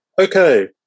okay